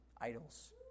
idols